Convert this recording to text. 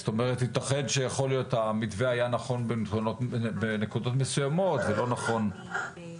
כלומר ייתכן שהמתווה היה נכון בנקודות מסוימות ולא נכון באחרות.